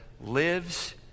lives